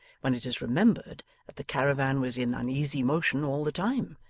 when it is remembered that the caravan was in uneasy motion all the time,